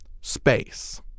space